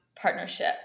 partnership